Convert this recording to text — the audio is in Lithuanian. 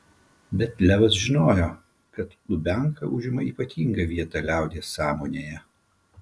bet levas žinojo kad lubianka užima ypatingą vietą liaudies sąmonėje